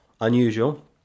unusual